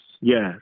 yes